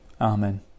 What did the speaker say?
Amen